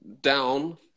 down